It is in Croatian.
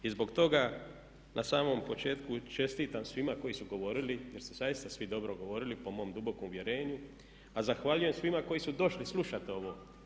I zbog toga na samom početku čestitam svima koji su govorili jer su zaista svi dobro govorili po mom dubokom uvjerenju a zahvaljujem svima koji su došli slušati ovo.